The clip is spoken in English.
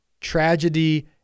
tragedy